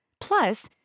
Plus